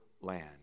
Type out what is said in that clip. land